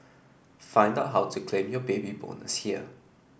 find out how to claim your Baby Bonus here